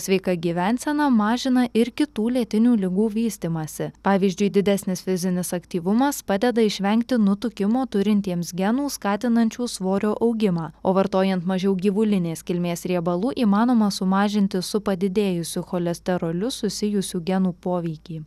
sveika gyvensena mažina ir kitų lėtinių ligų vystymąsi pavyzdžiui didesnis fizinis aktyvumas padeda išvengti nutukimo turintiems genų skatinančių svorio augimą o vartojan mažiau gyvulinės kilmės riebalų įmanoma sumažinti su padidėjusiu cholesteroliu susijusių genų poveikį